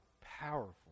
powerful